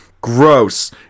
Gross